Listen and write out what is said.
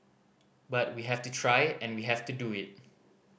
but we have to try and we have to do it